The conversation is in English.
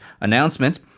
announcement